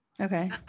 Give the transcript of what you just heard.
Okay